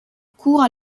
cours